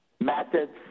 methods